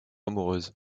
amoureuse